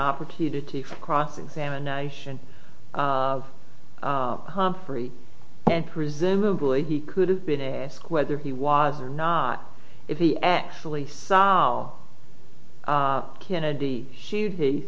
opportunity for cross examination of humphrey and presumably he could have been asked whether he was or not if he actually solved kennedy